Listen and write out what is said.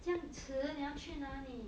这样迟你要去哪里